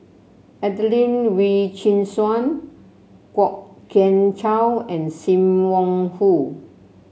Adelene Wee Chin Suan Kwok Kian Chow and Sim Wong Hoo